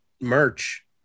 merch